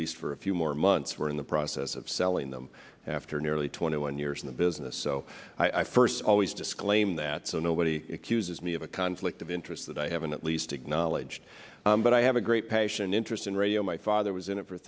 least for a few more months we're in the process of selling them after nearly twenty one years in the business so i first always disclaim that so nobody excuses me of a conflict of interest that i haven't at least acknowledged but i have a great passion interest in radio my father was in it for